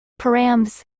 params